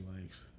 likes